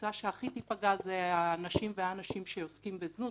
הקבוצה שהכי תיפגע זה הנשים והאנשים שעוסקים בזנות.